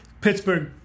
Pittsburgh